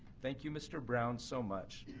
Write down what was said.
thank you mr. brown, so much.